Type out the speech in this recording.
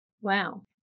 Wow